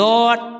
Lord